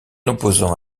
opposant